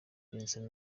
vincent